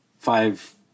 five